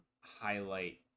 highlight